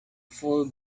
full